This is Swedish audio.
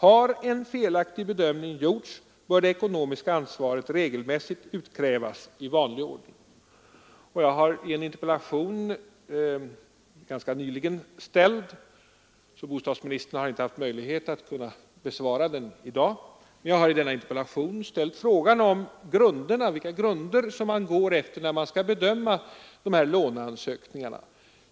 Har en felaktig bedömning gjorts bör det ekonomiska ansvaret regelmässigt utkrävas i vanlig ordning.” Jag har framställt en interpellation ganska nyligen, så bostadsministern har inte haft möjlighet att besvara den i dag. Jag har emellertid ställt frågan om vilka grunder man går efter då man skall bedöma dessa låneansökningar.